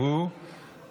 המקומיות (בחירות לוועד המקומי במועצה האזורית),